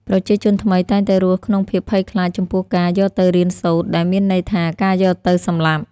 ប្រជាជនថ្មីតែងតែរស់ក្នុងភាពភ័យខ្លាចចំពោះការ "យកទៅរៀនសូត្រ" ដែលមានន័យថាការយកទៅសម្លាប់។